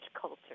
culture